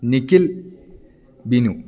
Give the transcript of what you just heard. Nikhil Binu